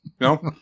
No